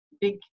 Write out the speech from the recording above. big